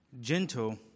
gentle